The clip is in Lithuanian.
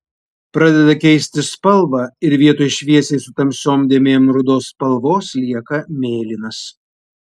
pradeda keisti spalvą ir vietoj šviesiai su tamsiom dėmėm rudos spalvos lieka mėlynas